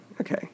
okay